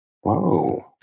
Whoa